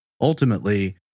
Ultimately